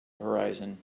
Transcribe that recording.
horizon